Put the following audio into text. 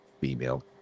female